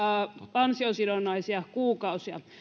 ansiosidonnaisia kuukausia